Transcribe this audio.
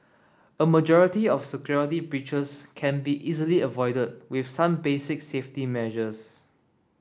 a majority of security breaches can be easily avoided with some basic safety measures